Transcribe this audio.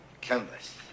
Canvas